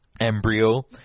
embryo